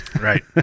Right